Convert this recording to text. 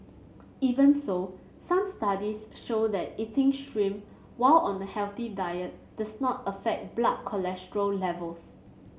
even so some studies show that eating shrimp while on a healthy diet does not affect blood cholesterol levels